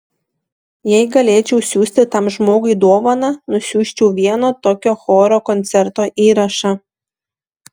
jei galėčiau siųsti tam žmogui dovaną nusiųsčiau vieno tokio choro koncerto įrašą